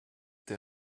tes